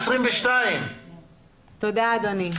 2022. תודה אדוני.